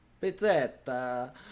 Pizza